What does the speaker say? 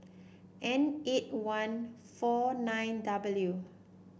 N eight one four nine W